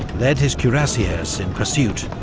led his cuirassiers in pursuit,